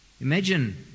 Imagine